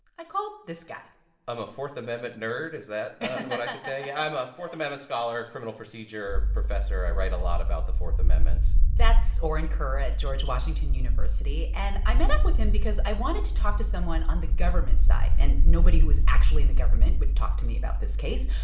i called this guy i'm a fourth amendment nerd. is that what i should say? i'm a fourth amendment scholar, criminal procedure professor. i write a lot about the fourth amendment that's orin kerr at george washington university, and i met up with him because i wanted to talk to someone on the government side, and nobody who was actually in the government would talk to me about this case.